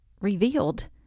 Revealed